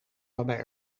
waarbij